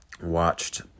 watched